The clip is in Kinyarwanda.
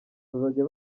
bazajya